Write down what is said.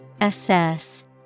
Assess